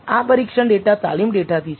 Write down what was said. આ પરીક્ષણ ડેટા તાલીમ ડેટા થી છે